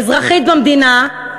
אזרחית במדינה,